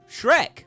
Shrek